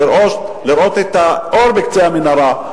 לראות את האור בקצה המנהרה,